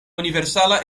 universala